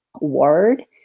word